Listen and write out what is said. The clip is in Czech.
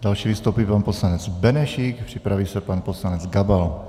Další vystoupí pan poslanec Benešík, připraví se pan poslanec Gabal.